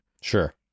Sure